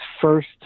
first